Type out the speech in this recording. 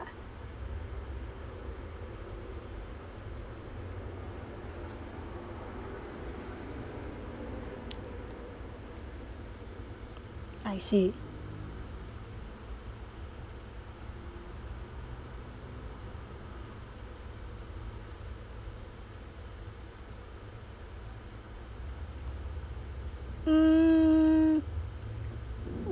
I see mm